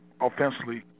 offensively